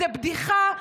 זו בדיחה.